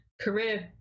career